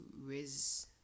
Riz